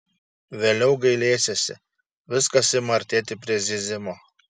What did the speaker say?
vėliau gailėsiesi viskas ima artėti prie zyzimo